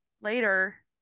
later